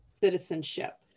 citizenship